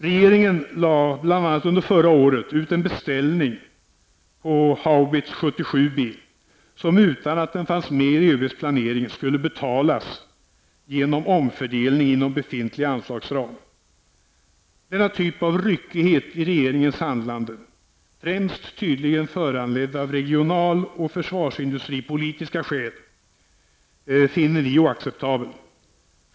Regeringen lade bl.a. under förra året ut en beställning av Haubits 77 B, som utan att den fanns med i ÖBs planering, skulle betalas genom omfördelning inom befintlig anslagsram. Denna typ av ryckighet i regeringens handlande, främst tydligen föranledd av regionaloch försvarsindustripolitiska skäl, finner vi oacceptabel.